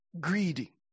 Greedy